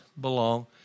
belong